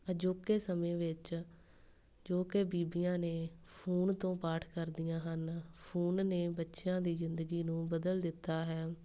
ਅਜੋਕੇ ਸਮੇਂ ਵਿੱਚ ਜੋ ਕਿ ਬੀਬੀਆਂ ਨੇ ਫ਼ੋਨ ਤੋਂ ਪਾਠ ਕਰਦੀਆਂ ਹਨ ਫ਼ੋਨ ਨੇ ਬੱਚਿਆਂ ਦੀ ਜ਼ਿੰਦਗੀ ਨੂੰ ਬਦਲ ਦਿੱਤਾ ਹੈ